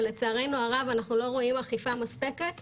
ולצערנו הרבה אנחנו לא רואים אכיפה מספקת,